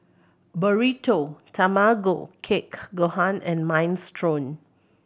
Burrito Tamago Kake Gohan and Minestrone